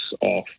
off